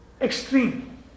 extreme